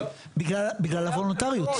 בגלל הוולונטריות.